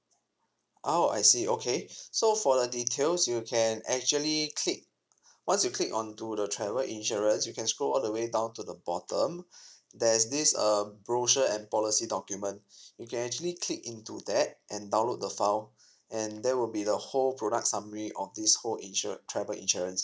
ah I see okay so for the details you can actually click once you click onto the travel insurance you can scroll all the way down to the bottom there's this um brochure and policy document you can actually click into that and download the file and there will be the whole product summary of this whole insurance travel insurance